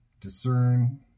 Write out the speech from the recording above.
discern